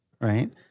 right